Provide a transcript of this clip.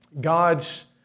God's